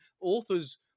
Authors